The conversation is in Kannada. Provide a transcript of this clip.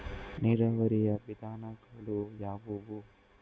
ನೀರಾವರಿಯ ವಿಧಾನಗಳು ಯಾವುವು?